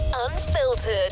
Unfiltered